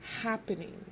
happening